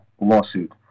lawsuit